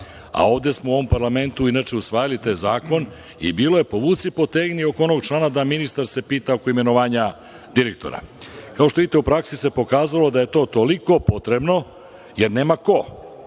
a ovde smo u parlamentu inače usvajali taj zakon i bilo je povuci potegni oko onog člana da se ministar pita oko imenovanja direktora. Kao što vidite, u praksi se pokazalo da je to toliko potrebno, jer nema ko.